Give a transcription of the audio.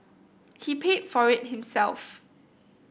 he paid for it himself